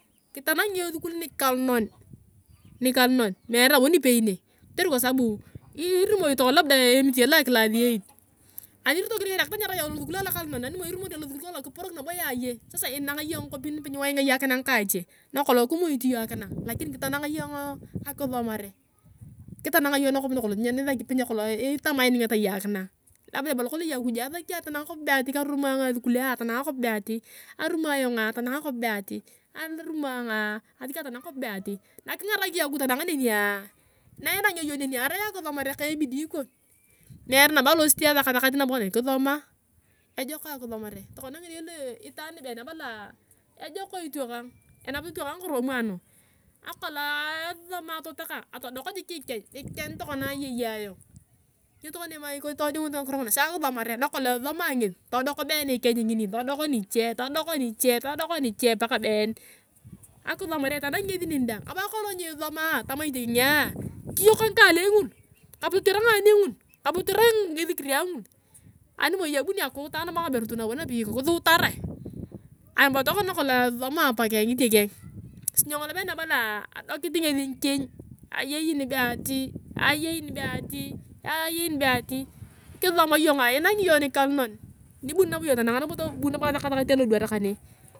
Kitanagi iyong esukul nikalunen nikalunon meere nabo nipei ne, kotere kwa sabu irumo iyong tokona labda emitian loa class eight, ani irotokini kanea kitanyarae alosukul alokalunon ani irumori iyong alosukul kangola kiporok nabo kaneni. Sasa inangiyong ngakopin nape nyienanga iyong akisomare kitanang iyong nakop nakolong itamaningat iyong akinang. Labda ibala kolong iyong akujua asaki ayong atanang akop be ati karumo ayong esukulua, atanang akop be ati. Karumo ayong atanag akop be ati na kingarak iyong akuj tanang nenia na inangea iyong nenia arai akisomare ka ebidii kon. Meere naboalosit asakasakat kaneni kisoma. Ejok akisomare tokona ngidee lu itaan nibeen abalaa ejok itikang enapit itokang ngakoromwa nu nakolog kesisomaa ayong totokana, atodok jik ikeny nikeny tokona ayei ayong. Nyo tokona idodiunit ngakira nguna si, akisomare nakalong esomoa ngesi, todok been ikieny ngini todok niche paka been. Akisomare itanangi ngesi neni daang. Anibo kerai kolong nyisomaa tama itikienge, kiyok ngikalei ngul kape totwar nganei ngunkape totwarngisikiria ngul animoi ebunia, kiuta nabo ngaberu nabu napei nu kisiutarae. Anibo tokona nakolong esisomaa apakeng itiokeng, si nyongolo been abalaa adokit ngesi ngikieng ayei nibe ati, ayei nibe ati, ayei nibe ati, kisoma iyongaa inanga iyong nikalunon. Nibuni nabo iyong asakasakat nabo alodwar kane.